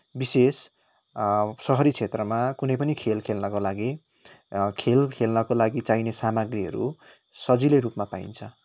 विशेष सहरी क्षेत्रमा कुनै पनि खेल खेल्नको लागि खेल खेल्नको लागि चाहिने सामग्रीहरू सजिलै रूपमा पाइन्छ